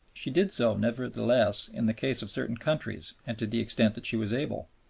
she did so nevertheless in the case of certain countries and to the extent that she was able.